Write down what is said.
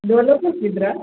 Dolo ಕೊಟ್ಟಿದ್ರಾ